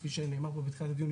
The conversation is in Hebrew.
כפי שנאמר פה בתחילת הדיון,